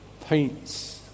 paints